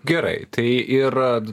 gerai tai ir